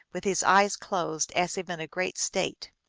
with his eyes closed, as if in great state.